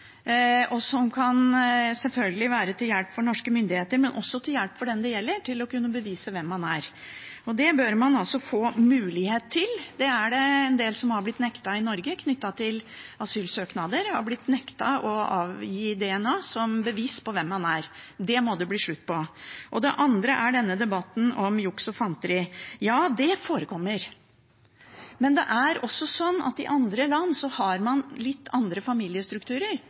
og som selvfølgelig kan være til hjelp for norske myndigheter, men også til hjelp for den det gjelder, for å kunne bevise hvem man er. Det bør man få mulighet til. Det er en del som er blitt nektet det i Norge, knyttet til asylsøknader. De er blitt nektet å avgi DNA som et bevis på hvem man er. Det må det bli slutt på. Det andre er denne debatten om juks og fanteri. Ja, det forekommer. Men det er også sånn at i andre land har man litt andre familiestrukturer.